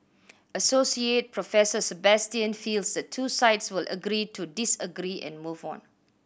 Assoc Professor Sebastian feels the two sides will agree to disagree and move on